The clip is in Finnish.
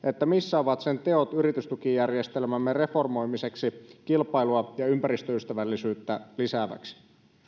missä ovat teot yritystukijärjestelmämme reformoimiseksi kilpailua ja ympäristöystävällisyyttä lisääväksi